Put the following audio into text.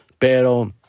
Pero